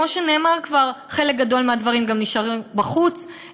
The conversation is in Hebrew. כמו שנאמר כבר, חלק גדול מהדברים גם נשארים בחוץ,